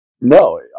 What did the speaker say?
No